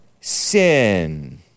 sin